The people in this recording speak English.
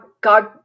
God